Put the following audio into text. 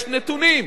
יש נתונים.